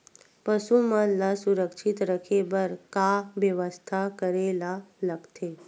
पशु मन ल सुरक्षित रखे बर का बेवस्था करेला लगथे?